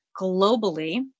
globally